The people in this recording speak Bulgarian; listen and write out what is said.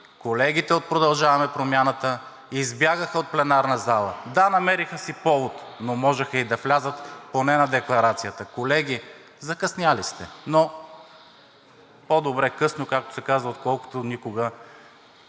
колегите от „Продължаваме Промяната“ избягаха от пленарната зала. Да, намериха си повод, но можеха и да влязат поне на декларацията. Колеги, закъснели сте, но по-добре късно, както се казва, отколкото никога!